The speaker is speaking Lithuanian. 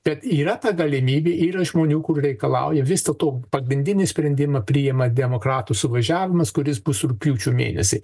kad yra ta galimybė yra žmonių kur reikalauja vis dėlto pagrindinį sprendimą priėma demokratų suvažiavimas kuris bus rugpjūčio mėnesį